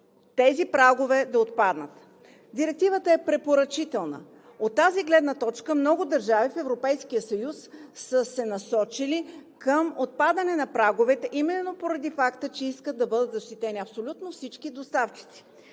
тези прагове да отпаднат. Директивата е препоръчителна. От тази гледна точка много държави в Европейския съюз са се насочили към отпадане на праговете именно поради факта, че искат да бъдат защитени абсолютно всички доставчици.